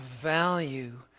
value